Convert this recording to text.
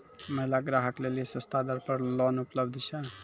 महिला ग्राहक लेली सस्ता दर पर लोन उपलब्ध छै?